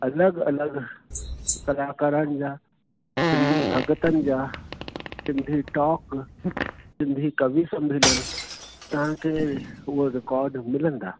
अलॻि अलॻि कलाकारनि जा सिंधी भगतन जा सिंधी टॉक सिंधी कवि समेलन तव्हांखे उहो रिकॉड मिलंदा